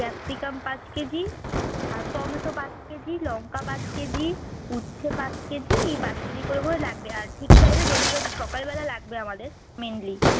capsicum পাঁচ KG আর tomato পাঁচ কেজি লঙ্কা পাঁচ কেজি উচ্ছে পাঁচ কেজি এই পাঁচ কেজি করে করে লাগবে আর ঠিক টাইমে ডেলিভারি সকালবেলা লাগবে আমাদের মেনলি